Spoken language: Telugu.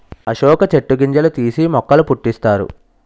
అశోక చెట్టు గింజలు తీసి మొక్కల పుట్టిస్తారు